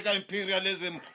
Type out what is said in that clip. imperialism